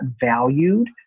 valued